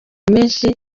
menshi